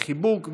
לחיבוק,